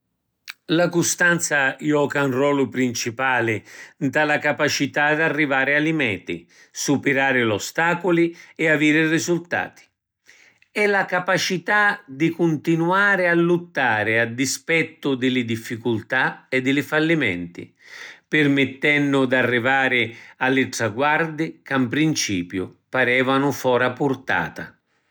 La custanza joca ‘n rolu principali nta la capacità d’arrivari a li meti, supirari l’ostaculi e aviri risultati. È la capacità di cuntinuari a luttari a dispettu di li difficultà e di li fallimenti, pirmittennu d’arrivari a li traguardi ca in principiu parevanu fora purtata.